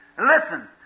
Listen